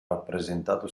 rappresentato